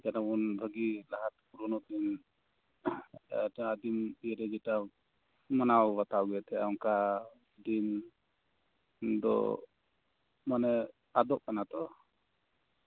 ᱡᱮᱢᱚᱱ ᱵᱷᱟᱹᱜᱤ ᱰᱟᱦᱟᱨ ᱛᱮ ᱡᱮᱱᱚᱵᱚᱱ ᱩᱱᱱᱚᱛᱤ ᱞᱟᱦᱟᱫᱤᱱ ᱨᱮ ᱡᱮᱴᱟ ᱢᱟᱱᱟᱣᱼᱵᱟᱛᱟᱣ ᱚᱱᱠᱟ ᱫᱤᱱ ᱢᱟᱱᱮ ᱟᱫᱚᱜ ᱠᱟᱱᱟ ᱛᱚ